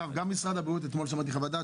אתמול שמעתי חוות דעת